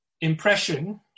impression